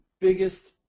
biggest